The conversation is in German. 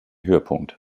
höhepunkt